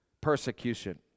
persecution